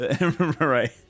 Right